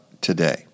today